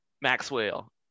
Maxwell